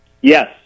yes